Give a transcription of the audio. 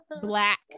black